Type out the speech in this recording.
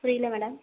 புரியல மேடம்